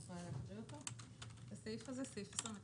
אני יכולה להקריא את סעיף 29(א):